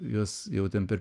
juos jau ten per